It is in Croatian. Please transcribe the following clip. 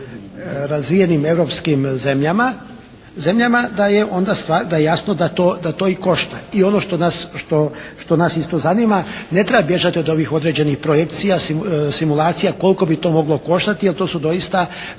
sa razvijenim europskim zemljama da je jasno da to i košta. I ono što nas isto zanima, ne treba bježati od ovih određenih projekcija, simulacija koliko bi to moglo koštati jer to su doista,